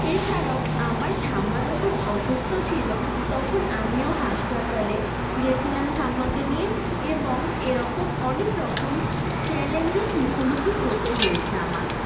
এছাড়াও আমার ঠাম্মা যখন অসুস্থ ছিলো তখন আমিও হাসপাতালে গিয়েছিলাম ঠাম্মাকে নিয়ে এবং এরকম অনেক রকম চ্যালেঞ্জের মুখোমুখি হতে হয়েছে আমাকে